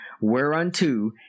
whereunto